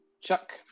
Chuck